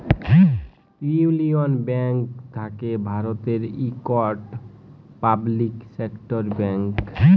ইউলিয়ল ব্যাংক থ্যাকে ভারতের ইকট পাবলিক সেক্টর ব্যাংক